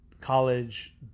college